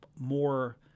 more